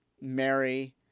Mary